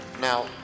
Now